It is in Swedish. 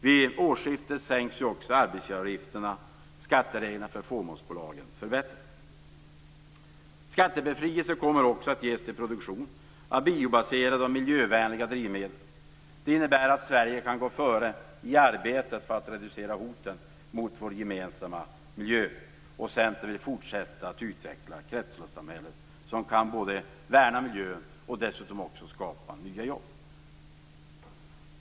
Vid årsskiftet sänks ju också arbetsgivareavgifterna och skattereglerna för fåmansbolagen förbättras. Skattebefrielse kommer att ges till produktion av biobaserade och miljövänliga drivmedel. Det innebär att Sverige kan gå före i arbetet för att reducera hoten mot vår gemensamma miljö. Centern vill fortsätta att utveckla kretsloppssamhället som kan värna miljön och dessutom skapa nya jobb.